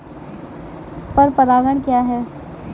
पर परागण क्या है?